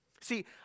See